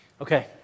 Okay